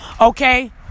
okay